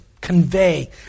convey